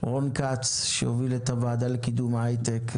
רון כץ שהוביל את הוועדה לקידום ההייטק,